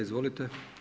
Izvolite.